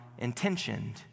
intentioned